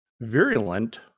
virulent